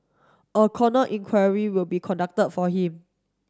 a corner inquiry will be conducted for him